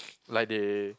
like they